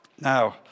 Now